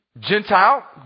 Gentile